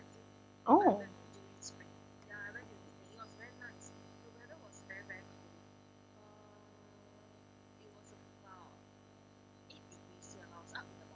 oh